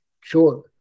Sure